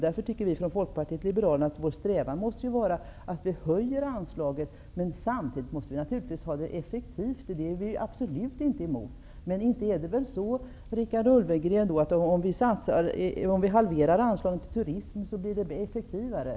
Därför anser vi i Folkpartiet liberalerna att vår strävan måste vara att vi höjer anslaget. Samtidigt måste vi naturligtvis använda pengarna effektivt. Det har vi naturligtvis ingenting emot. Men inte är det väl så, Richard Ulfvengren, att turismen blir effektivare om vi halverar anslaget för turismen!